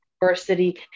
diversity